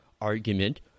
argument